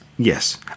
Yes